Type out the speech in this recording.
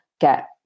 Get